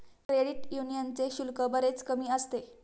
credit यूनियनचे शुल्क बरेच कमी असते